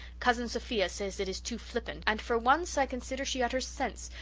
cousin sophia says it is too flippant, and for once i consider she utters sense,